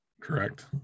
Correct